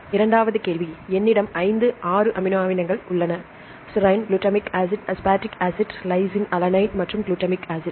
இரண்டாவது கேள்வி என்னிடம் 5 6 அமினோ அமிலங்கள் உள்ளன serine glutamic acid aspartic acid lysine alanine மற்றும் குளுட்டமிக் அமிலம்